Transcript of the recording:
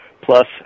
plus